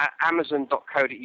Amazon.co.uk